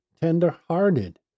tender-hearted